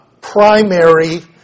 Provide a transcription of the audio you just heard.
primary